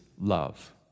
love